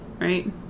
right